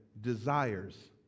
desires